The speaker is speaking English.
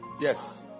Yes